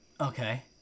Okay